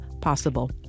possible